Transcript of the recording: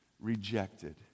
rejected